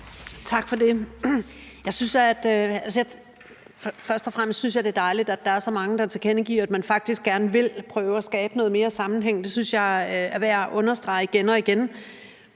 og fremmest synes jeg, at det er dejligt, at der er så mange, der tilkendegiver, at de faktisk gerne vil prøve at skabe noget mere sammenhæng. Det synes jeg er værd at understrege igen og igen.